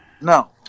No